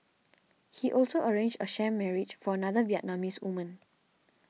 he also arranged a sham marriage for another Vietnamese woman